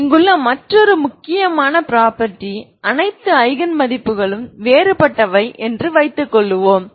எனவே இங்குள்ள மற்றொரு முக்கியமான ப்ரொபர்ட்டி அனைத்து ஐகன் மதிப்புகளும் வேறுபட்டவை என்று வைத்துக்கொள்வோம்